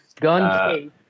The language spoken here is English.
gun